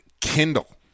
Kindle